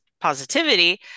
positivity